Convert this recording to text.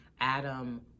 Adam